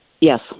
yes